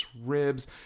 ribs